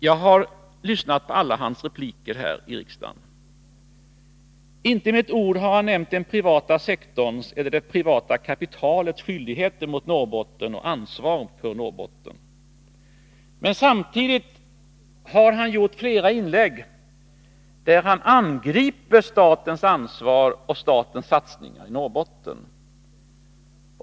Jag har lyssnat på alla Anders Högmarks repliker här i dag. Inte med ett ord har han nämnt den privata sektorns eller det privata kapitalets skyldigheter mot Norrbotten och ansvar för Norrbotten. Samtidigt har han i flera inlägg angripit statens ansvar och statens satsningar i Norrbotten.